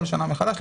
בכל שנה מחדש.